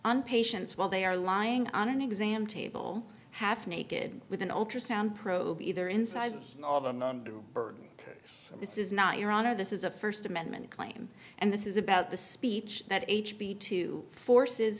on patients while they are lying on an exam table half naked with an ultrasound probe either inside burg this is not your honor this is a first amendment claim and this is about the speech that h b two forces